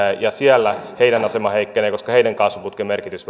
ja siellä heidän asemansa heikkenee koska heidän kaasuputkensa merkitys